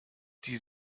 die